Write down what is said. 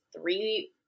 three